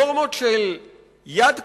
נורמות של יד קשה,